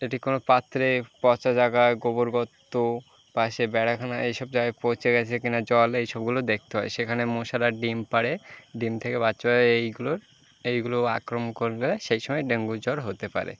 এটি কোনও পাত্রে পচা জায়গায় গোবর গর্ত পাশে বেড়াখানা এসব জায়গায় পচে গেছে কি না জল এসবগুলো দেখতে হয় সেখানে মশারা ডিম পাড়ে ডিম থেকে বাচ্চা হয় এইগুলোর এইগুলো আক্রমণ করলে সেই সময় ডেঙ্গু জ্বর হতে পারে